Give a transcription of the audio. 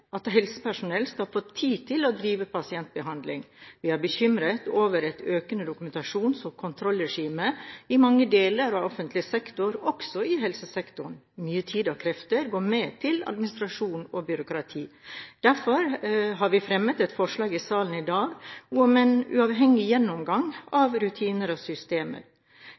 at helsepersonell skal få tid til å drive pasientbehandling. Vi er bekymret over et økende dokumentasjons- og kontrollregime i mange deler av offentlig sektor, også i helsesektoren. Mye tid og krefter går med til administrasjon og byråkrati. Derfor har vi fremmet et forslag i salen i dag om en uavhengig gjennomgang av rutiner og systemer.